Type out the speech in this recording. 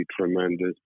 tremendous